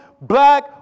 black